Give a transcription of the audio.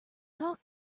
talk